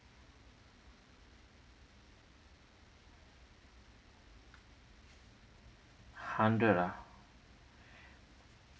hundred ah